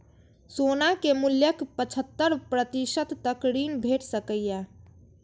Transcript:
सोना के मूल्यक पचहत्तर प्रतिशत तक ऋण भेट सकैए